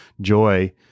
joy